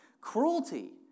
cruelty